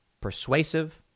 persuasive